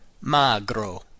magro